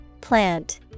Plant